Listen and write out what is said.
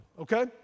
Okay